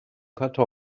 karton